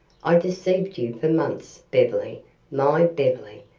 i deceived you for months, beverly my beverly,